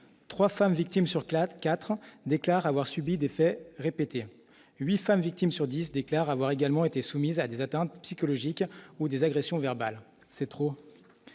de 3 femmes, victimes sur 4 4 déclare avoir subi des faits répétés 8 femmes victimes sur 10 déclarent avoir également été soumises à des atteintes psychologiques ou des agressions verbales, c'est trop,